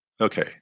Okay